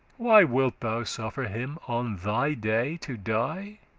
why wilt thou suffer him on thy day to die?